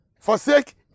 Forsake